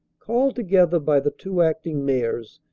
called together by the two acting-mayors,